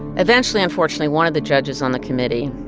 eventually, unfortunately, one of the judges on the committee